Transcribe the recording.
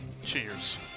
Cheers